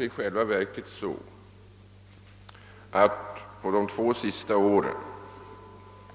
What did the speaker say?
I själva verket har polisväsendet under de två senaste åren